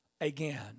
again